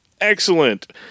excellent